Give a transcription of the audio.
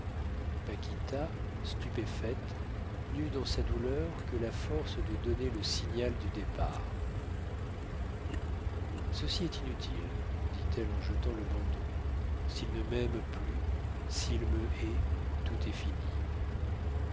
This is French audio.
paquita stupéfaite n'eut dans sa douleur que la force de donner le signal du départ ceci est inutile dit-elle en jetant le bandeau s'il ne m'aime plus s'il me hait tout est fini